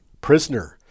prisoner